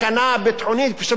וכשמדברים ביטחון,